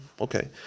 Okay